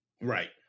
right